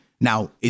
Now